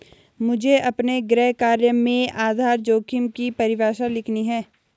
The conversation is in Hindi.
मुझे अपने गृह कार्य में आधार जोखिम की परिभाषा लिखनी है